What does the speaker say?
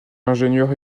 ingénieur